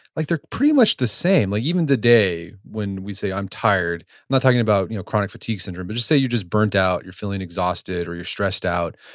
like they're pretty much the same. like even today, when we say i'm tired, i'm not talking about you know chronic fatigue syndrome, but just say you're just burnt out, you're feeling exhausted or you're stressed out.